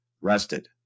rested